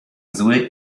zły